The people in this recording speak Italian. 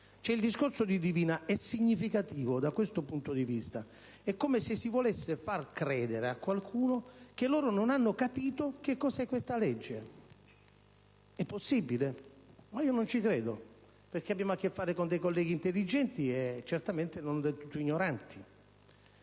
Il discorso di Divina è significativo, da questo punto di vista. È come se si volesse far credere a qualcuno che loro non hanno capito cosa sia questa legge. È possibile? Ma io non ci credo, perché abbiamo a che fare con dei colleghi intelligenti, e certamente non del tutto ignoranti